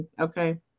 Okay